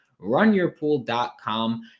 Runyourpool.com